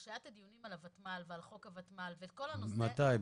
כשהיו הדיונים על הוותמ"ל ועל חוק הוותמ"ל ועל כל הנושא -- מתי?